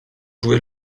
jouer